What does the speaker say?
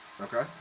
Okay